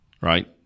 right